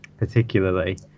Particularly